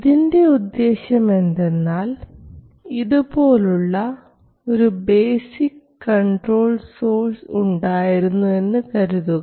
ഇതിൻറെ ഉദ്ദേശ്യം എന്തെന്നാൽ ഇതുപോലുള്ള ഒരു ബേസിക് കണ്ട്രോൾ സോഴ്സ് ഉണ്ടായിരുന്നു എന്ന് കരുതുക